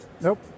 Nope